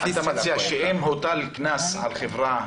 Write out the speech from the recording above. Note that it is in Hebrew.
אתה מציע שאם הוטל קנס על חברה,